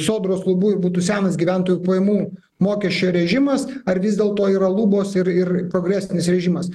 sodros lubų būtų senas gyventojų pajamų mokesčio režimas ar vis dėlto yra lubos ir ir progresinis režimas